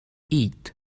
eat